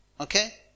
Okay